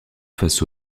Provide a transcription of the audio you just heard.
face